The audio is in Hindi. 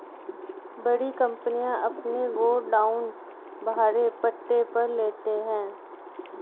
बड़ी कंपनियां अपने गोडाउन भाड़े पट्टे पर लेते हैं